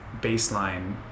baseline